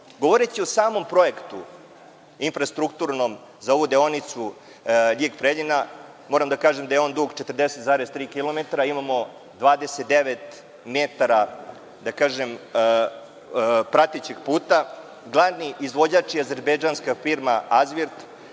o samom projektu infrastrukturnom za ovu deonicu Ljig – Preljina moram da kažem da je on dug 40,3 kilometara. Imamo 29 metara pratećeg puta. Glavni izvođač je azerbejdžanska firma „Azbirt“,